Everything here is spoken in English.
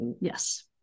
Yes